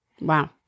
Wow